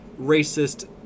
racist